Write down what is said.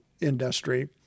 industry